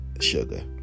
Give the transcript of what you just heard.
sugar